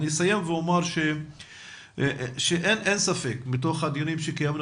אני אסיים ואומר שאין ספק מהדיונים שקיימנו